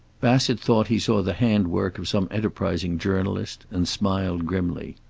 bassett thought he saw the handwork of some enterprising journalist, and smiled grimly.